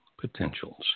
potentials